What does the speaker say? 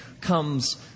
comes